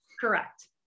Correct